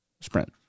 sprint